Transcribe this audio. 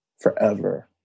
forever